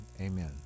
Amen